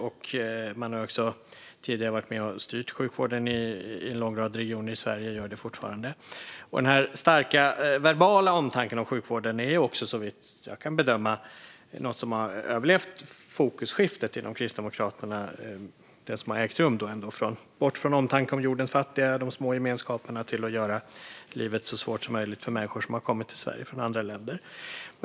Man har också tidigare varit med och styrt sjukvården i en lång rad regioner i Sverige och gör det fortfarande. Den här starka verbala omtanken om sjukvården är såvitt jag kan bedöma något som överlevt det fokusskifte som ägt rum inom Kristdemokraterna bort från omtanke om jordens fattiga och de små gemenskaperna till att göra livet så svårt som möjligt för människor som kommit till Sverige från andra länder.